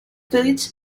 village